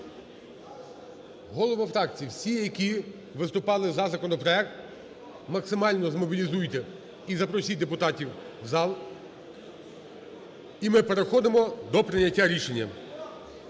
Голови фракції всі, які виступали за законопроект максимально змобілізуйте і запросіть депутатів в зал. І ми переходимо до прийняття рішення.